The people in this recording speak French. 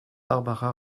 barbara